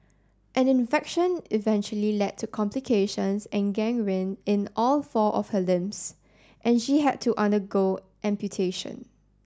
an infection eventually led to complications and gangrene in all four of her limbs and she had to undergo amputation